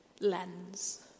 lens